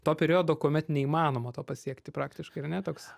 to periodo kuomet neįmanoma to pasiekti praktiškai ar ne toks